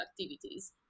activities